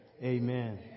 amen